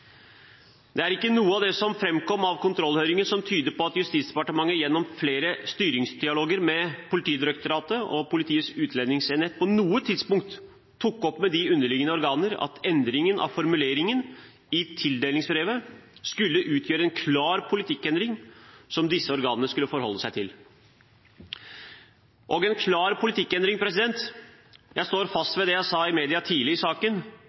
Det er ikke noe av det som framkom i kontrollhøringen, som tyder på at Justisdepartementet gjennom flere styringsdialogmøter med Politidirektoratet og Politiets utlendingsenhet på noe tidspunkt tok opp med de underliggende organer at endringen av formuleringen i tildelingsbrevet skulle utgjøre en klar politikkendring som disse organene skulle forholde seg til. Og en klar politikkendring: Jeg står fast ved det jeg sa i media tidlig i saken: